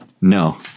No